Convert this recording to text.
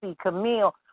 Camille